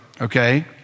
Okay